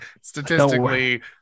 statistically